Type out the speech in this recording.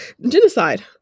genocide